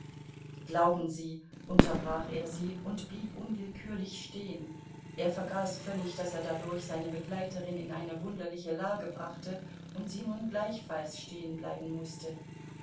glauben sie unterbrach er sie und blieb unwillkürlich stehen er vergaß völlig daß er dadurch seine begleiterin in eine wunderliche lage brachte und sie nun gleichfalls stehenbleiben mußte